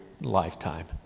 lifetime